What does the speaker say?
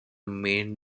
main